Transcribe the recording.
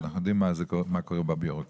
אנחנו יודעים מה קורה בבירוקרטיה,